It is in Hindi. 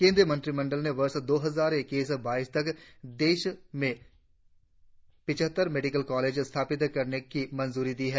केंद्रीय मंत्रिमंडल ने वर्ष दो हजार इक्कीस बाईस तक देश में पिछहत्तर मेडिकल कॉलेज स्थापित करने की मंजूरी दी है